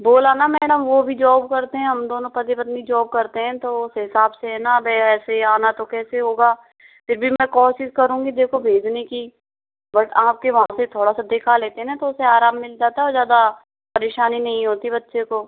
बोला ना मैडम वो भी जॉब करते हैं हम दोनों पति पत्नी जॉब करते हैं तो उस हिसाब से ना वैसे आना कैसे होगा फिर भी मैं कोशिश करुँगी देखो भेजने की बट आपके वहाँ से थोड़ा सा दिखा लेते ना तो उसे आराम मिल जाता और ज़्यादा परेशानी नहीं होती बच्चे को